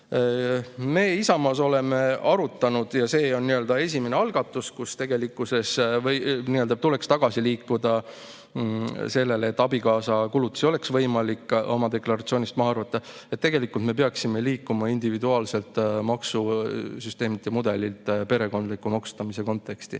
Meie Isamaas oleme arutanud – ja see on esimene algatus –, et tegelikkuses tuleks tagasi liikuda sellele, et abikaasa kulutusi oleks võimalik oma deklaratsioonist maha arvata. Me peaksime liikuma individuaalselt maksusüsteemide mudelilt perekondliku maksustamise konteksti.